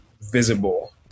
visible